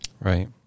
Right